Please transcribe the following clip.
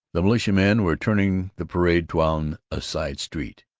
the militiamen were turning the parade down a side street.